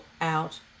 out